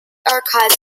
archives